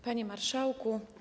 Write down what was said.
Panie Marszałku!